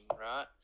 right